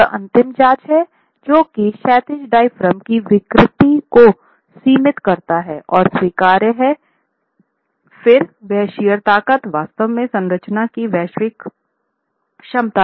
तो यह अंतिम जांच है जो कि क्षैतिज डायाफ्राम की विकृति को सीमित करता है और स्वीकार्य हैं फिर वह शियर ताकत वास्तव में संरचना की वैश्विक क्षमता है